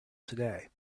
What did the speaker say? today